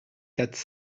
quatre